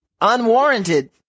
unwarranted